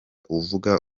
uvuga